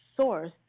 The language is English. source